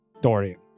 Dorian